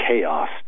chaos